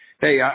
hey